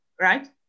right